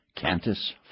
Cantus